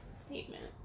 statement